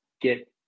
get